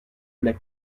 velay